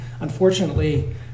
unfortunately